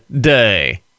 Day